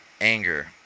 anger